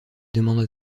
demanda